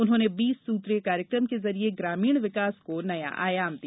उन्होंने बीस सूत्रीय कार्यक्रम के जरिए ग्रामीण विकास को नया आयाम दिया